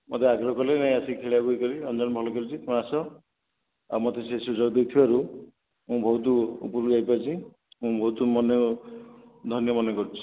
ମୋତେ ଆଗ୍ରହ କଲେ ନାଇଁ ଆସିକି ଖେଳିବାକୁ ରଞ୍ଜନ ଭଲ ଖେଳୁଛି ଟୁମେ ଆସ ଆଉ ମୋତେ ସେ ସୁଯୋଗ ଦେଇଥିବାରୁ ମୁଁ ବହୁତ ଉପରକୁ ଯାଇପାରିଛି ମୁଁ ବହୁତ ମନେ ଧନ୍ୟ ମାନେକରୁଛି